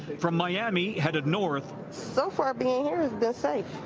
from miami headed north. so far being here has been safe.